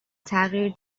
تغییر